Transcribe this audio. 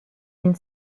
une